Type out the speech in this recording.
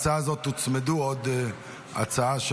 לדיון בוועדת החוקה,